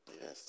Yes